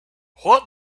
what